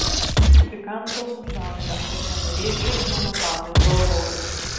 įsikandau žandą kad nenurėžčiau džonatanui galvos